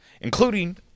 including